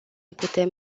putem